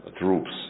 troops